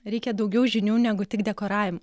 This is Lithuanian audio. reikia daugiau žinių negu tik dekoravim